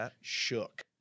shook